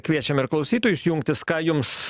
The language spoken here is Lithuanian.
kviečiam ir klausytojus jungtis ką jums